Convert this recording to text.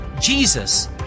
Jesus